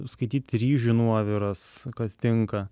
skaityt ryžių nuoviras kad tinka